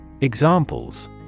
Examples